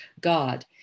God